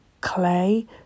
clay